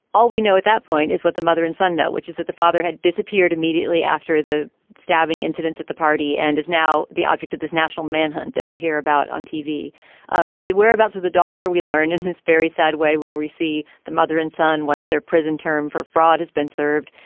all we know at that point is what the mother and son know which is that the father had disappeared immediately after the stabbing incidents at the party and is now the object of this national manhunt that we hear about on tv um the the whereabouts of the daughter we learned in this very sad way when we see the mother in son once their prison term for fraud has been served.